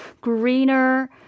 greener